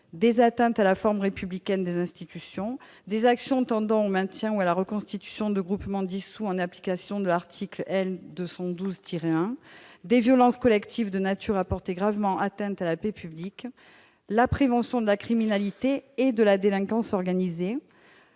des atteintes à la forme républicaine des institutions, des actions tendant au maintien ou à la reconstitution de groupements dissous en application de l'article L. 212-1, des violences collectives de nature à porter gravement atteinte à la paix publique ; la prévention de la criminalité et de la délinquance organisées